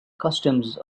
customs